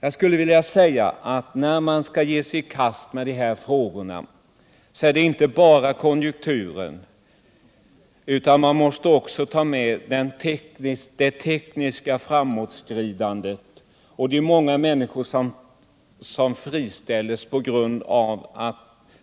Jag skulle vilja säga: När man skall ge sig i kast med de här frågorna gäller det inte bara konjunkturer, utan man måste också ta med det tekniska framåtskridandet i bilden, att många människor friställs på grund av att